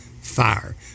fire